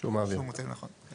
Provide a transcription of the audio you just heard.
מוצא לנכון.